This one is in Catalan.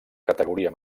categoria